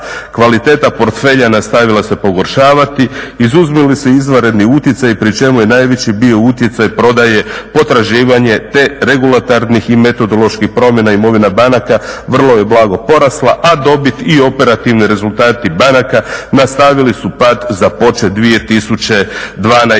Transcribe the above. Kvaliteta portfelja nastavila se pogoršavati. Izuzmu li se izvanredni utjecaji pri čemu je najveći bio utjecaj prodaje potraživanje te regulatornih i metodoloških promjena imovina banaka vrlo je blago porasla, a dobit i operativni rezultati banaka nastavili su pad započet 2012.